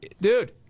Dude